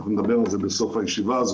נדבר על זה בסוף הישיבה.